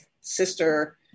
sister